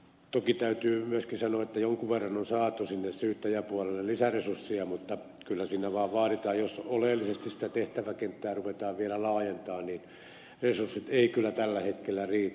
toki täytyy myöskin sanoa että jonkun verran on saatu sinne syyttäjäpuolelle lisäresurssia mutta kyllä sinne vaan vaaditaan koska jos oleellisesti sitä tehtäväkenttää ruvetaan laajentamaan niin resurssit eivät kyllä tällä hetkellä riitä